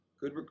good